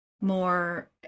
more